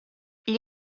gli